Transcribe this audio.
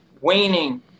waning